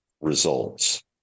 results